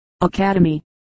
Academy